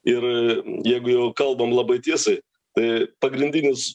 ir jeigu jau kalbam labai tiesai tai pagrindinis